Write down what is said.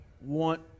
want